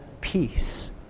peace